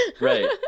Right